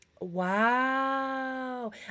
Wow